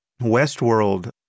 Westworld